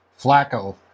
Flacco